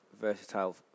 versatile